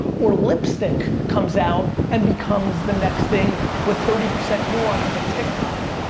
or lipstick comes out and becomes the next thing with thirty percent nuances of tiktok.